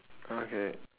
okay